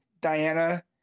Diana